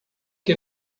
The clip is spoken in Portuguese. que